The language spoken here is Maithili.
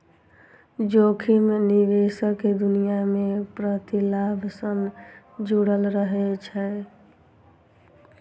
जोखिम निवेशक दुनिया मे प्रतिलाभ सं जुड़ल रहै छै